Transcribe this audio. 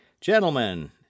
gentlemen